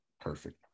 Perfect